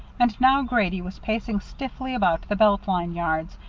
and now grady was pacing stiffly about the belt line yards,